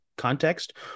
Context